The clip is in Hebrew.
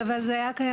הבראה זה כמו ניתוח.